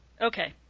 Okay